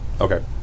Okay